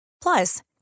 Plus